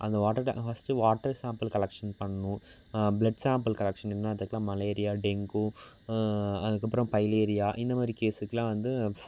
அந்த வாட்டர் டேங்கை first water sample collection பண்ணுவோம் பிளட் சாம்பிள் கலெக்ஷன் என்னாத்துக்குன்னா மலேரியா டெங்கு அதுக்கு அப்புறம் பைலேரியா இந்த மாதிரி கேஸுக்கெல்லாம் வந்து